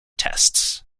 tests